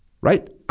Right